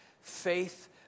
faith